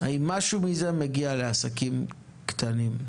האם משהו מזה מגיע לעסקים קטנים?